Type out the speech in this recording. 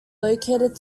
located